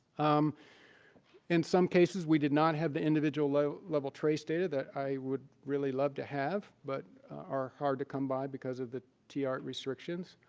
um in some cases, we did not have the individual level trace data that i would really love to have but are hard to come by because of the tiahrt restrictions.